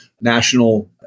national